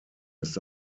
ist